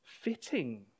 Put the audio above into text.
fitting